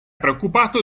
preoccupato